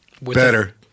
Better